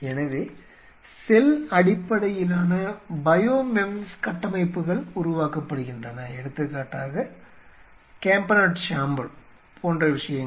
எனவே செல் அடிப்படையிலான பயோ மெம்ஸ் கட்டமைப்புகள் உருவாக்கப்படுகின்றன எடுத்துக்காட்டாக கேம்பேநாட் சேம்பர் போன்ற விஷயங்கள்